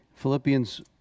Philippians